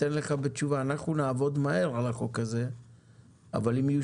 אנחנו נעבור מהר על החוק הזה אבל אם יהיו